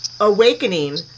awakening